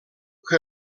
que